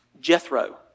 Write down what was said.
Jethro